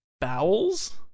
Bowels